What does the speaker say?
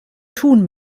tun